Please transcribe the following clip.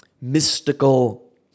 mystical